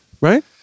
Right